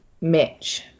Mitch